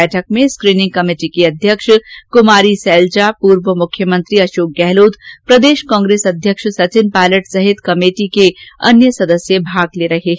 बैठक में screening committee की अध्यक्ष क्मारी सैलजा पूर्व मुख्यमंत्री अशोक गहलोत प्रदेश कांग्रेस अध्यक्ष सचिन पायलट सहित कमेटो के अन्य सदस्य माग ले रहे हैं